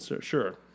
sure